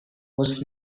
was